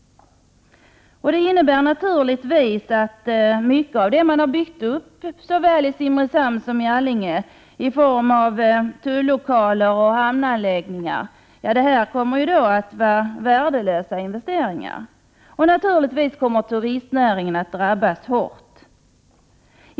Det innebär naturligtvis att mycket av det som har byggts upp såväl i Simrishamn som i Allinge i form av tullokaler och hamnanläggningar kommer att vara värdelösa investeringar. Turistnäringen kommer också att drabbas hårt.